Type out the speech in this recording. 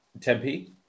Tempe